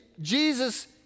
Jesus